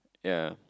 ya